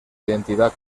identidad